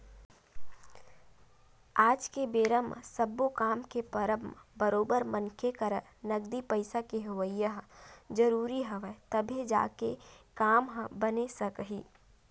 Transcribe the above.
आज के बेरा म सब्बो काम के परब म बरोबर मनखे करा नगदी पइसा के होवई ह जरुरी हवय तभे जाके काम ह बने सकही